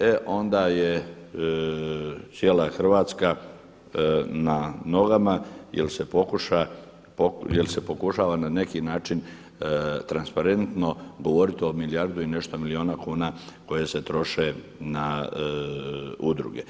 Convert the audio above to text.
e onda je cijela Hrvatska na nogama jel se pokušava na neki način transparentno govoriti o milijardu i nešto milijuna kuna koje se troše na udruge.